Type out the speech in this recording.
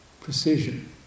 precision